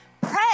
Pray